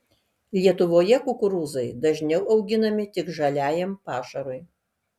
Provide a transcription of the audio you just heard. lietuvoje kukurūzai dažniau auginami tik žaliajam pašarui